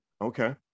Okay